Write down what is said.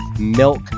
milk